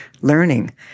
learning